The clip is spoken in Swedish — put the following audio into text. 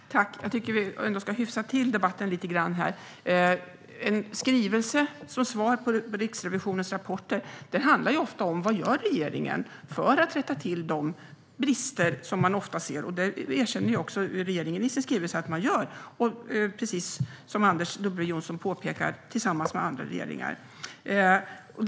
Herr talman! Jag tycker att vi ska hyfsa till debatten lite grann. En skrivelse som svar på Riksrevisionens rapporter handlar ofta om vad regeringen gör för att rätta till de brister som man ofta ser. Regeringen erkänner också i sin skrivelse att man gör det arbetet - precis som andra regeringar, som Anders W Jonsson påpekar.